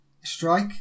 Strike